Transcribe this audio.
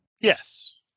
Yes